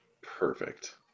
Perfect